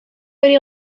hori